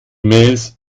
mails